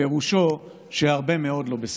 פירושו שהרבה מאוד לא 'בסדר'".